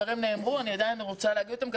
נאמרו, אבל אני עדיין רוצה להגיד אותם.